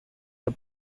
the